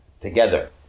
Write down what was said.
together